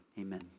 amen